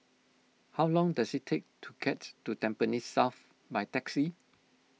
how long does it take to get to Tampines South by taxi